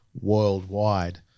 worldwide